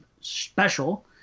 special